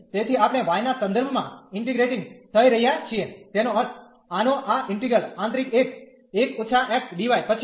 તેથી આપણે y ના સંદર્ભમાં ઇન્ટીગ્રેટીન્ગ થઈ રહ્યાં છીએ તેનો અર્થ આનો આ ઈન્ટિગ્રલ આંતરિક એક 1 − x dy પછી